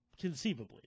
conceivably